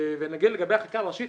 ולגבי החקיקה הראשית,